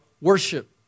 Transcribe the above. worship